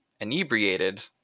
inebriated